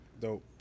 Dope